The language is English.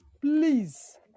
please